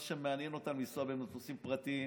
מה שמעניין אותם זה לנסוע במטוסים פרטיים